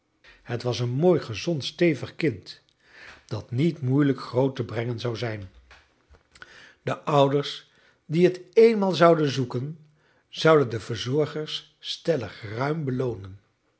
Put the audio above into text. het was een mooi gezond stevig kind dat niet moeilijk groot te brengen zou zijn de ouders die het eenmaal zouden zoeken zouden de verzorgers stellig ruim beloonen